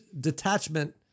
detachment